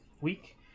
week